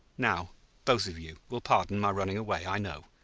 now both of you will pardon my running away, i know.